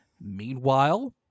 meanwhile